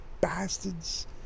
bastards